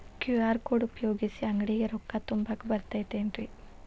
QR code ಉಪಯೋಗಿಸಿ, ಅಂಗಡಿಗೆ ರೊಕ್ಕಾ ತುಂಬಾಕ್ ಬರತೈತೇನ್ರೇ?